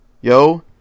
yo